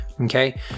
Okay